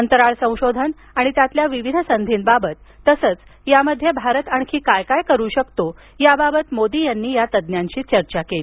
अंतराळ संशोधन आणि त्यातील विविध संधींबाबत तसच यामध्ये भारत आणखी काय करू शकतो याबाबत मोदी यांनी या तज्ञांशी चर्चा केली